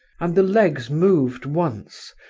and the legs moved once,